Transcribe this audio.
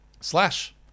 slash